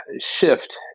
shift